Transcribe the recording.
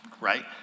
right